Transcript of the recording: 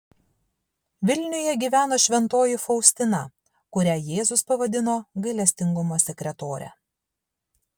vilniuje gyveno šventoji faustina kurią jėzus pavadino gailestingumo sekretore